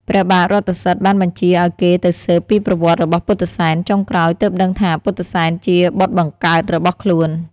ព្រះបាទរថសិទ្ធិបានបញ្ជាឲ្យគេទៅស៊ើបពីប្រវត្តិរបស់ពុទ្ធិសែន ចុងក្រោយទើបដឹងថាពុទ្ធិសែនជាបុត្របង្កើតរបស់ខ្លួន។